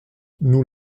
nous